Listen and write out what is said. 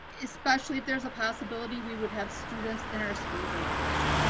especially if there's a possibility we would have students in our schools in august.